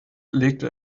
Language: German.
legte